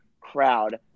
crowd